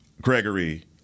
Gregory